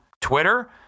Twitter